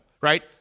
Right